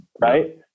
right